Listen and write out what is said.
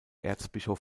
erzbischof